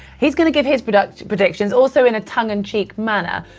he's going to give his but ah predictions also in a tongue-in-cheek manner,